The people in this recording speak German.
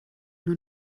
nur